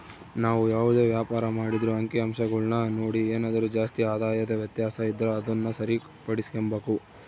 ನಾವು ಯಾವುದೇ ವ್ಯಾಪಾರ ಮಾಡಿದ್ರೂ ಅಂಕಿಅಂಶಗುಳ್ನ ನೋಡಿ ಏನಾದರು ಜಾಸ್ತಿ ಆದಾಯದ ವ್ಯತ್ಯಾಸ ಇದ್ರ ಅದುನ್ನ ಸರಿಪಡಿಸ್ಕೆಂಬಕು